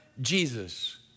Jesus